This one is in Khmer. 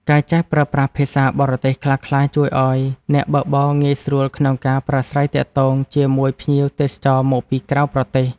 ការចេះប្រើប្រាស់ភាសាបរទេសខ្លះៗជួយឱ្យអ្នកបើកបរងាយស្រួលក្នុងការប្រាស្រ័យទាក់ទងជាមួយភ្ញៀវទេសចរមកពីក្រៅប្រទេស។